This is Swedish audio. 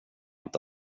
inte